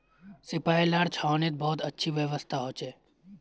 सिपाहि लार छावनीत बहुत अच्छी व्यवस्था हो छे